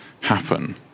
happen